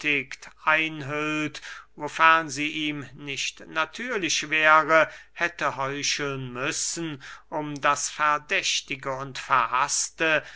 einhüllt wofern sie ihm nicht natürlich wäre hätte heucheln müssen um das verdächtige und